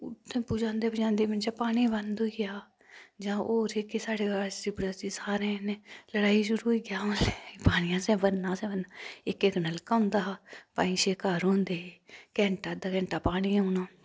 उत्थे पजांदे पजांदे मनचे पानी गै बन्द होई जा जां होर जेह्के साढ़े आसी पड़ोसी सारे जनें लड़ाई शुरू होई जा मह्ल्लै पानी असैं भरना असैं भरना इक इक नलका होंदा हा पंज छे घर होंदे हे घैंटा अध्दा घैंटा पानी औना